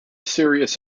serious